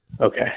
Okay